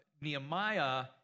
Nehemiah